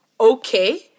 okay